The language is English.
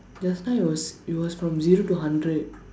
just now it was it was from zero to hundred